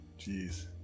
Jeez